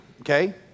okay